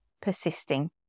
persisting